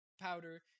powder